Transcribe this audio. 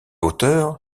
hauteur